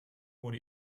what